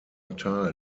portal